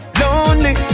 lonely